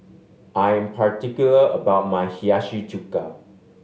I am particular about my Hiyashi Chuka